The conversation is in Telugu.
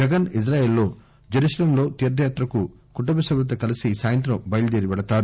జగన్ ఇజ్రాయిల్ లో జరూసలేం తీర్లయాత్రకు కుటుంబ సభ్యులతో కలిసి ఈ సాయంత్రం బయలుదేరి వెళతారు